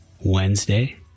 Wednesday